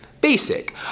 basic